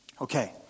Okay